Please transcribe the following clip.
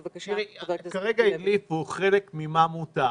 כרגע דיברו פה על חלק ממה שמותר.